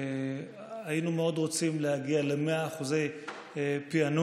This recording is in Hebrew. היינו מאוד רוצים להגיע ל-100% פענוח,